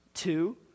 Two